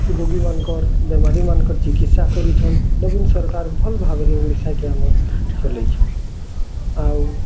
ରୋଗୀମାନକର୍ ବେମାରୀମାନକର୍ ଚିକିତ୍ସା କରୁଛନ୍ ନବୀନ୍ ସରକାର ଭଲ୍ ଭାବରେ ଓଡ଼ିଶା କେ ଆମର୍ ଚଲେଇଛନ୍ ଆଉ